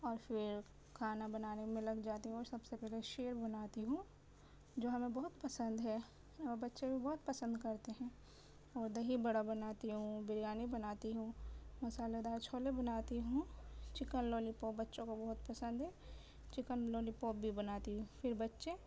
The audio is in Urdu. اور پھر کھانا بنانے میں لگ جاتی ہوں سب سے پہلے شیر بناتی ہوں جو ہمیں بہت پسند ہے اور بچے بھی بہت پسند کرتے ہیں اور دہی بڑا بناتی ہوں بریانی بناتی ہوں مصالحہ دار چھولے بناتی ہوں چکن لولیپاپ بچوں کو بہت پسند ہے چکن لولیپاپ بھی بناتی ہوں پھر بچے